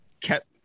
kept